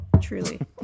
truly